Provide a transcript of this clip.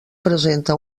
presenta